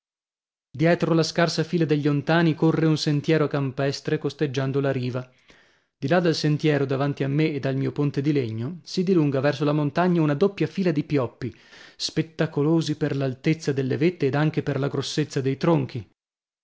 dietro la scarsa fila degli ontàni corre un sentiero campestre costeggiando la riva di là dal sentiero davanti a me ed al mio ponte di legno si dilunga verso la montagna una doppia fila di pioppi spettacolosi per l'altezza delle vette ed anche per la grossezza dei tronchi